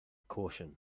caution